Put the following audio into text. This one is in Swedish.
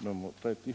nr 37.